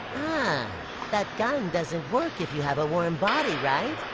ah that gun doesn't work if you have a warm body, right?